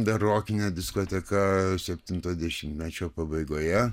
dar rokinė diskoteka septintojo dešimtmečio pabaigoje